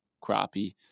crappy